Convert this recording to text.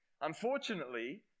Unfortunately